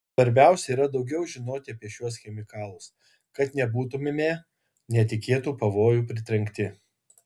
svarbiausia yra daugiau žinoti apie šiuos chemikalus kad nebūtumėme netikėtų pavojų pritrenkti